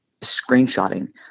screenshotting